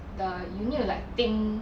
the you need to like think